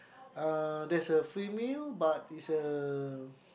uh there's a free meal but it's a